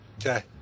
Okay